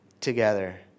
together